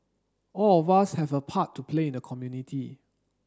all of us have a part to play in the community